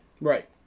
Right